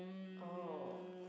oh